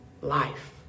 life